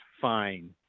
fine